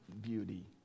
beauty